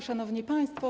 Szanowni Państwo!